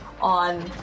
On